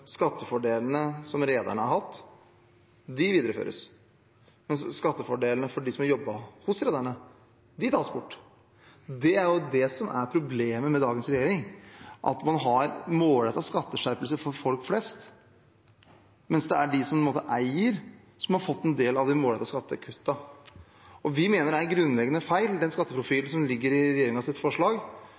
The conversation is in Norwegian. skattefordelene som rederne har hatt, videreføres, mens skattefordelene for dem som jobber hos rederne, tas bort. Det er jo det som er problemet med dagens regjering, at man har målrettede skatteskjerpelser for folk flest, mens det er de som eier, som har fått en del av de målrettede skattekuttene. Vi mener den skatteprofilen som ligger i regjeringens forslag,